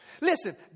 Listen